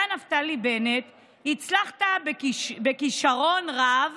אתה, נפתלי בנט, הצלחת בכישרון רב